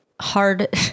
hard